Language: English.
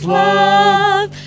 love